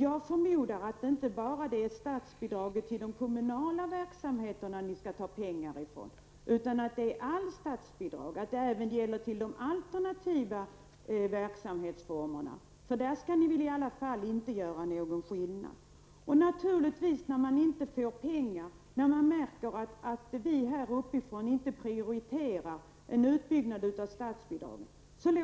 Jag förmodar att det inte bara gäller statsbidraget till de kommunala verksamheterna utan även statsbidraget till de alternativa verksamhetsformerna. På den punkten skall ni väl inte göra någon skillnad. När kommunerna märker att vi i riksdagen inte prioriterar en utbyggnad av statsbidragen, låter de